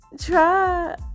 try